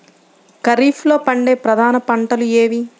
ఖరీఫ్లో పండే ప్రధాన పంటలు ఏవి?